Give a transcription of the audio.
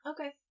Okay